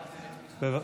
רגע,